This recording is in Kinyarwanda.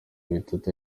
bitatu